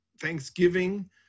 Thanksgiving